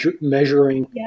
measuring